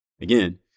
Again